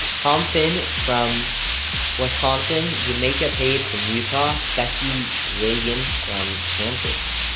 tom finn from wisconsin, jamaica paige from utah, becky reagan from kansas.